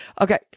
Okay